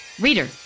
Reader